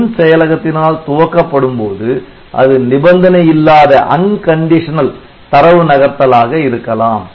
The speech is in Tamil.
நுண் செயலகத்தினால் துவக்கப்படும் போது அது நிபந்தனை இல்லாத தரவு நகர்த்தல் ஆக இருக்கலாம்